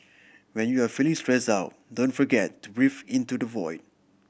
when you are feeling stressed out don't forget to breathe into the void